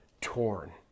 torn